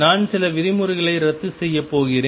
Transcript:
நான் சில விதிமுறைகளை ரத்து செய்யப் போகிறேன்